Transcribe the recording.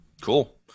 Cool